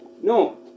No